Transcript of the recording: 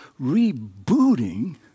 rebooting